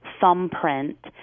thumbprint